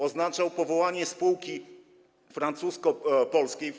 Oznaczało to powołanie spółki francusko-polskiej.